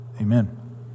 Amen